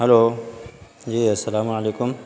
hello جی السلام علیکم